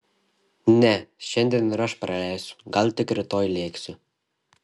ne šiandien ir aš praleisiu gal tik rytoj lėksiu